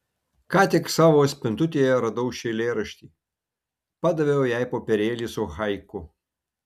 ką tik savo spintutėje radau šį eilėraštį padaviau jai popierėlį su haiku